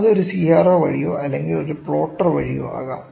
അത് ഒരു CRO വഴിയോ അല്ലെങ്കിൽ ഒരു പ്ലോട്ടർ വഴിയോ ആകാം